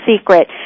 Secret